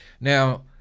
Now